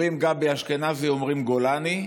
אומרים גבי אשכנזי, אומרים גולני,